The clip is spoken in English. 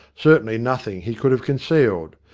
certainly nothing he could have concealed.